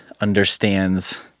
understands